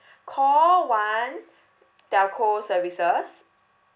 call one telco services